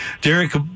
Derek